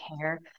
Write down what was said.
care